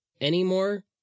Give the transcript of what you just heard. anymore